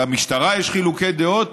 למשטרה יש חילוקי דעות,